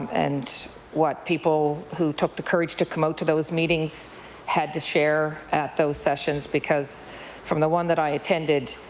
and what people who took the courage to come out to those meetings had to share at those sessions because from the one i attended,